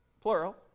plural